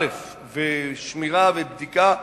שמירה ובדיקה,